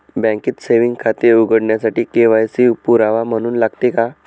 बँकेत सेविंग खाते उघडण्यासाठी के.वाय.सी पुरावा म्हणून लागते का?